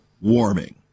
warming